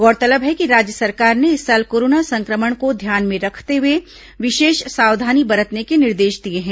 गौरतलब है कि राज्य सरकार ने इस साल कोरोना संक्रमण को ध्यान में रखते हुए विशेष सावधानी बरतने के निर्देश दिए हैं